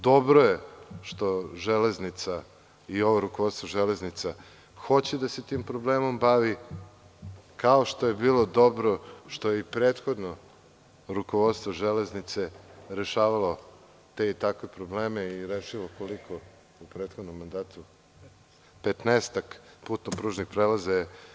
Dobro je što „Železnica“ i ovo rukovodstvo „Železnica“ hoće da se tim problemom bavi, kao što je bilo dobro što je i prethodno rukovodstvo „Železnice“ rešavalo te i takve probleme i rešilo koliko u prethodnom mandatu 10-ak putno-pružnih prelaza.